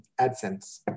AdSense